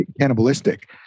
cannibalistic